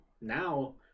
now